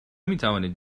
میتوانید